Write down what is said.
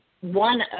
one